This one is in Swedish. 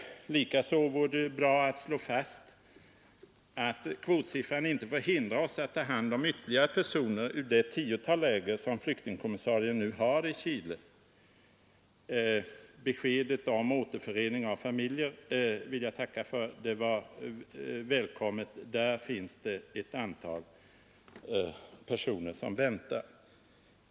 Likaså vore det bra att få fastslaget att kvotsiffran inte får hindra oss att ta hand om ytterligare personer ur det tiotal läger som flyktingkommissarien nu har i Chile. Jag vill tacka för beskedet om återförening av familjer. Det var välkommet. Det finns ett antal personer som väntar.